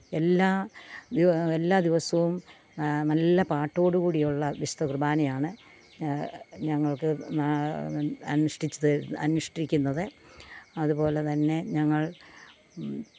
എല്ലാ എല്ലാ ദിവസവും നല്ല പാട്ടോടു കൂടി ഉള്ള വിശുദ്ധ കുർബ്ബാനയാണ് ഞങ്ങൾക്ക് അനുഷ്ഠിച്ച് തരുന്ന അനുഷ്ഠിക്കുന്നത് അതു പോലെ തന്നെ ഞങ്ങൾ